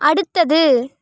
அடுத்தது